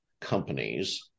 companies